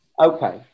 Okay